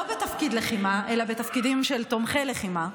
לא בתפקיד לחימה אלא בתפקידים של תומכי לחימה,